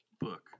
Book